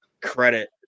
credit